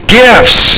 gifts